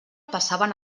passaven